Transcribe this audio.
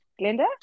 Glenda